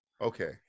Okay